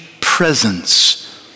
presence